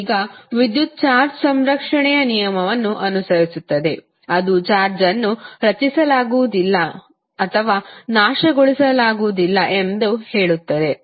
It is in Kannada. ಈಗ ವಿದ್ಯುತ್ ಚಾರ್ಜ್ ಸಂರಕ್ಷಣೆಯ ನಿಯಮವನ್ನು ಅನುಸರಿಸುತ್ತದೆ ಅದು ಚಾರ್ಜ್ ಅನ್ನು ರಚಿಸಲಾಗುವುದಿಲ್ಲ ಅಥವಾ ನಾಶಗೊಳಿಸಲಾಗುವುದಿಲ್ಲ ಎಂದು ಹೇಳುತ್ತದೆ